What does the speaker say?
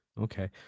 Okay